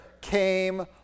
came